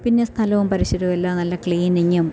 പിന്നെ സ്ഥലവും പരിസരവും എല്ലാം നല്ല ക്ലീനിങ്ങും